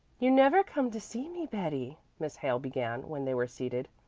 you never come to see me, betty, miss hale began, when they were seated.